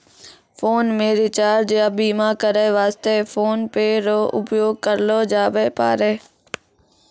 phone मे recharge या बीमा करै वास्ते फोन पे रो उपयोग करलो जाबै पारै